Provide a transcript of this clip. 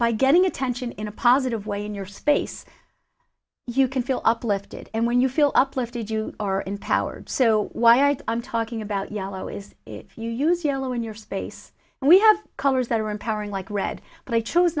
by getting attention in a positive way in your space you can feel uplifted and when you feel uplifted you are empowered so why i'm talking about yellow is if you use yellow in your space and we have colors that are empowering like red but i chose